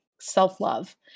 self-love